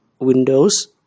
Windows